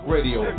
Radio